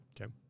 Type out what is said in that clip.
Okay